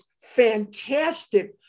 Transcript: fantastic